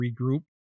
regroup